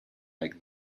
like